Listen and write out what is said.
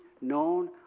known